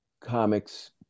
comics